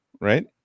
right